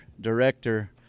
director